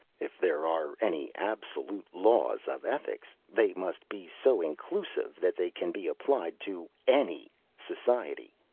if there are any absolute laws of ethics, they must be so inclusive that they can be applied to any society.